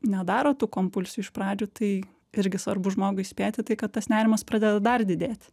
nedaro tų kompulsijų iš pradžių tai irgi svarbu žmogų įspėti tai kad tas nerimas pradeda dar didėti